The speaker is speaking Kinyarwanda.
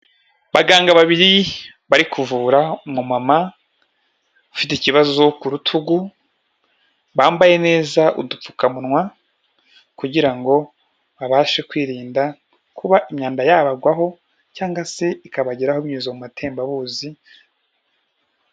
Abaganga babiri bari kuvura umu mama ufite ikibazo ku rutugu, bambaye neza udupfukamunwa, kugira ngo babashe kwirinda kuba imyanda yabagwaho, cyangwa se ikabageraho binyuza mu matembabuzi.